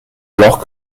alors